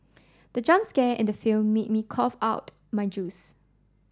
the jump scare in the film made me cough out my juice